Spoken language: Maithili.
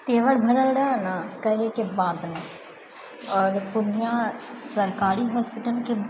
तेवर भरल रहै नऽ कहैके बात नहि आओर पूर्णिया सरकारी हॉस्पिटलके